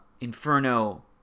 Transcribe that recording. Inferno